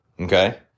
Okay